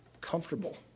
comfortable